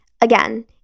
Again